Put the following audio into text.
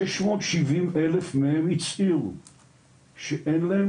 כ-670,000 אנשים מהם הצהירו שאין להם